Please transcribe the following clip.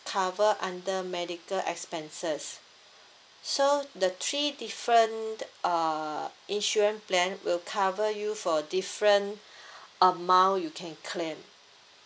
cover under medical expenses so the three different uh insurance plan will cover you for different amount you can claim